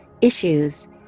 issues